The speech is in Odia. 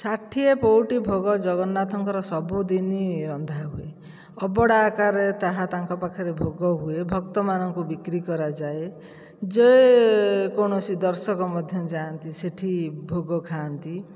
ଷାଠିଏ ପଊଟି ଭୋଗ ଜଗନ୍ନାଥଙ୍କର ସବୁଦିନ ରନ୍ଧା ହୁଏ ଅଭଡ଼ା ଅକାରରେ ତାହା ତାଙ୍କ ପାଖରେ ଭୋଗ ହୁଏ ଭକ୍ତ ମାନଙ୍କୁ ବିକ୍ରି କରାଯାଏ ଯେକୌଣସି ଦର୍ଶକ ମଧ୍ୟ ଯାଆନ୍ତି ସେଇଠି ଭୋଗ ଖାଆନ୍ତି